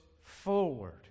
forward